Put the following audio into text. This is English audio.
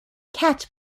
cat